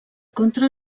contra